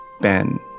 Ben